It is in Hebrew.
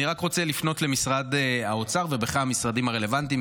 אני רק רוצה לפנות למשרד האוצר ובכלל למשרדים הרלוונטיים,